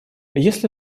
если